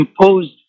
imposed